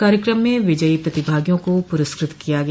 कार्यक्रम में विजयी प्रतिभागियों को प्रस्कृत किया गया